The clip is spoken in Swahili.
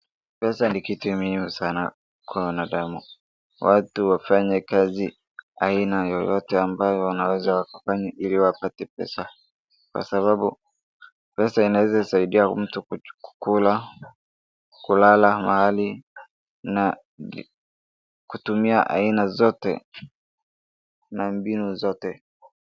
Pesa ni kitu muhimu sana kwa binadamu. Watu wafanye kazi aina yoyote ambayo wanaweza wakafanya ili wapate pesa, kwa sababu pesa inaweza saidia mtu kukula, kulala mahali, na kutumia aina zote na mbinu zote.